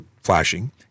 flashing